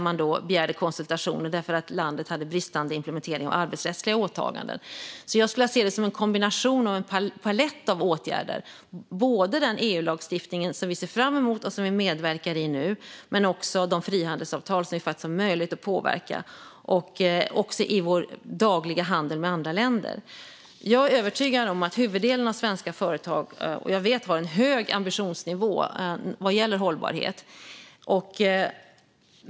Man begärde konsultationer därför att landet hade bristande implementering av arbetsrättsliga åtaganden. Jag skulle vilja se det som en kombination och en palett av åtgärder, både den EU-lagstiftning som vi ser fram emot och som vi medverkar till nu och de frihandelsavtal som vi faktiskt har möjlighet att påverka, också i vår dagliga handel med andra länder. Jag vet att huvuddelen av svenska företag har en hög ambitionsnivå vad gäller hållbarhet.